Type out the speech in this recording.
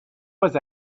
was